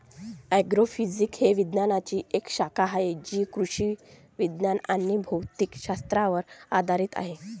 agrophysics ही विज्ञानाची एक शाखा आहे जी कृषी विज्ञान आणि भौतिक शास्त्रावर आधारित आहे